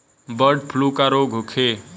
Bird flu का रोग होखे?